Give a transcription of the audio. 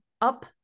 up